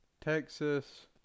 Texas